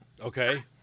Okay